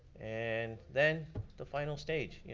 and then the final stage.